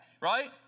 right